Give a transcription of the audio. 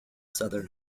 southern